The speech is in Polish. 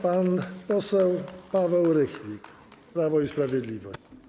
Pan poseł Paweł Rychlik, Prawo i Sprawiedliwość.